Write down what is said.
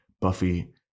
Buffy